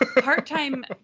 Part-time